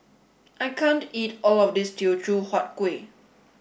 I can't eat all of this Teochew Huat Kuih